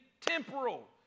temporal